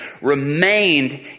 remained